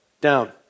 down